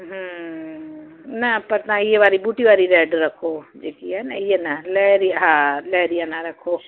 न पर तव्हां इहा वारी बूटी वारी रैड रखो जेकी आहे न इहो न लेहरी हा लेहरिया न रखो